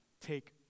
take